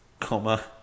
comma